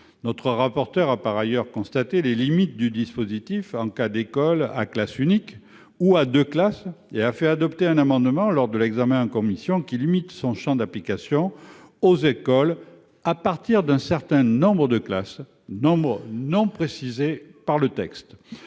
Notre rapporteur a par ailleurs constaté les limites du dispositif en cas d'écoles à classe unique ou à deux classes et a fait adopter un amendement en commission visant à limiter le champ d'application de l'article aux écoles à partir d'un certain « nombre de classes », non précisé par le texte.